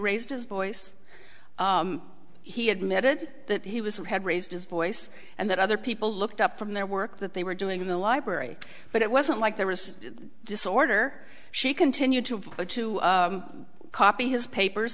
raised his voice he admitted that he was who had raised his voice and that other people looked up from their work that they were doing in the library but it wasn't like there was disorder she continued to have a to copy his papers